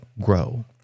grow